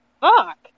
fuck